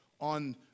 on